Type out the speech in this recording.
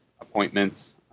appointments